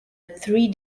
three